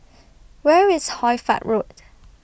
Where IS Hoy Fatt Road